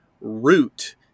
Root